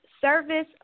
service